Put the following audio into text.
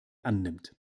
annimmt